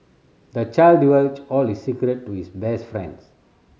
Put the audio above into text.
the child divulged all his secret to his best friend